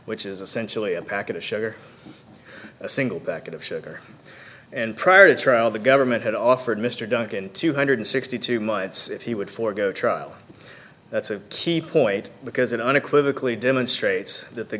which is essentially a packet of sugar a single packet of sugar and prior to trial the government had offered mr duncan two hundred sixty two months if he would forego trial that's a key point because it unequivocally demonstrates that the